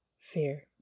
Fear